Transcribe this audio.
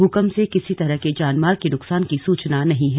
भूकंप से किसी तरह के जान माल के नुकसान की सूचना नहीं है